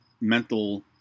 mental